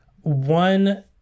one